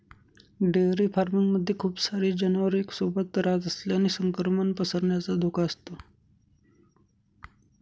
dairy farming मध्ये खूप सारे जनावर एक सोबत रहात असल्याने संक्रमण पसरण्याचा धोका असतो